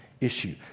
Issue